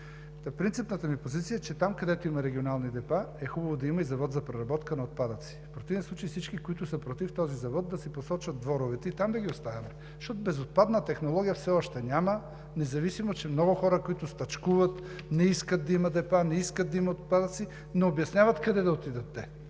Принципната ми позиция е, че там, където има регионални депа, е хубаво да има и завод за преработка на отпадъци. В противен случай всички, които са против този завод, да си посочат дворовете и там да ги оставяме. Безотпадна технология все още няма, независимо че много хора, които стачкуват, не искат да има депа, не искат да има отпадъци, не обясняват къде да отидат те.